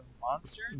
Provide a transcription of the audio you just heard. monster